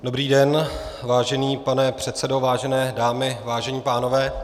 Dobrý den, vážený pane předsedo, vážené dámy, vážení pánové.